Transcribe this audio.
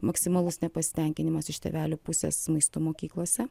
maksimalus nepasitenkinimas iš tėvelių pusės maistu mokyklose